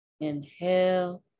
Inhale